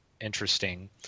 interesting